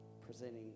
presenting